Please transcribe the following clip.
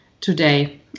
today